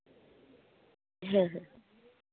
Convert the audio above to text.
ᱦᱮᱸ ᱦᱮᱸ